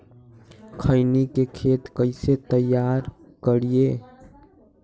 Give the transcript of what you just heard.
खैनी के खेत कइसे तैयार करिए?